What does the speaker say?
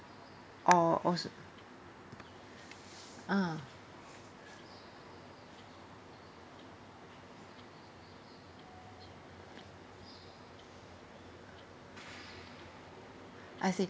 orh also ah I see